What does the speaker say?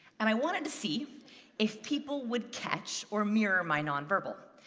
and i wanted to see if people would catch or mirror my non-verbal.